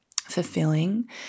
fulfilling